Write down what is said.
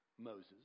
Moses